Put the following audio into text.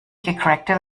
gecrackte